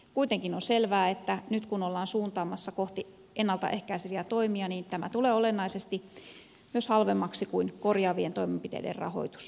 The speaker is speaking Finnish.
kuitenkin on selvää että nyt kun ollaan suuntaamassa kohti ennalta ehkäiseviä toimia tämä tulee olennaisesti myös halvemmaksi kuin korjaavien toimenpiteiden rahoitus